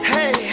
Hey